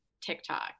TikTok